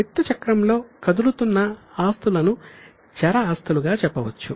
విత్త చక్రంలో కదులుతున్న ఆస్తులను చర ఆస్తులుగా చెప్పవచ్చు